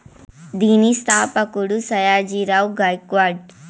దీని స్థాపకుడు సాయాజీ రావ్ గైక్వాడ్